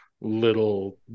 little